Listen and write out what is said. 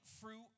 fruit